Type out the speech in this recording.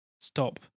stop